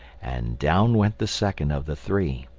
and down went the second of the three.